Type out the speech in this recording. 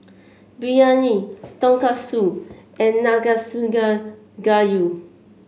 Biryani Tonkatsu and Nanakusa Gayu